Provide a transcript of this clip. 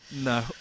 No